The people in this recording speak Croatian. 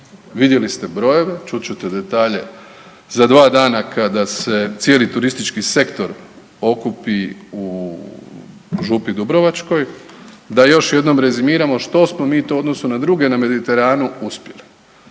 Vidjeli ste brojeve, čut ćete detalje za dva dana kada se cijeli turistički sektor okupi u Župi Dubrovačkoj, da još jednom rezimiramo što smo mi to u odnosu na druge na Mediteranu uspjeli.